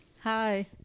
Hi